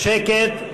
שקט.